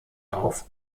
auf